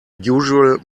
usual